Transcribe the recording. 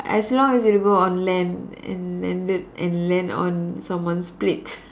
as long as you don't go on land and landed land on someone's plate